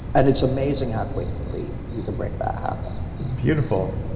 and it's amazing how quickly you can break that habit beautiful.